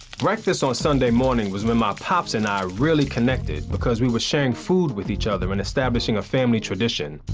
breakfast on sunday morning was when my pops and i really connected because we were sharing food with each other and establishing a family tradition.